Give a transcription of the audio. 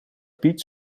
piet